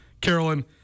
carolyn